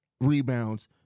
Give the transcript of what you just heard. rebounds